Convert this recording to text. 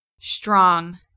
Strong